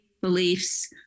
beliefs